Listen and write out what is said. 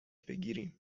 بگیریم